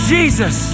Jesus